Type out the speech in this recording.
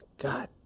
God